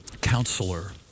counselor